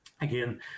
again